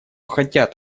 хотят